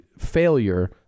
failure